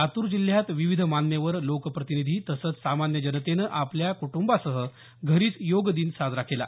लातूर जिल्ह्यात विविध मान्यवर लोकप्रतिनिधी तसंच सामान्य जनतेनं आपल्या कुटुंबासह घरीच योग दिन साजरा केला